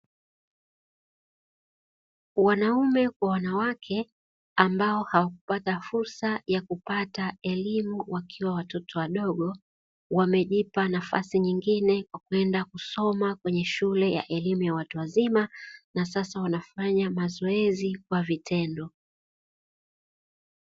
Wanaume kwa wanawake ambao hawakupata fursa ya kupata elimu wakiwa watoto wadogo, wamejipa nafasi nyingine kupenda kusoma kwenye shule ya elimu ya watu wazima, na sasa wanafanya mazoezi kwa vitendo.